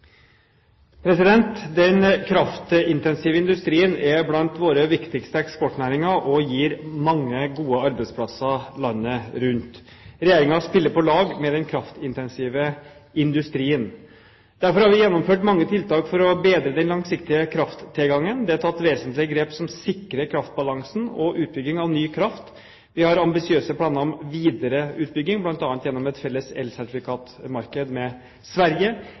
Den kraftintensive industrien er blant våre viktigste eksportnæringer og gir mange gode arbeidsplasser landet rundt. Regjeringen spiller på lag med den kraftintensive industrien. Derfor har vi gjennomført mange tiltak for å bedre den langsiktige krafttilgangen. Det er tatt vesentlige grep som sikrer kraftbalansen og utbygging av ny kraft. Vi har ambisiøse planer om videre utbygging, bl.a. gjennom et felles elsertifikatmarked med Sverige.